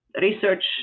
research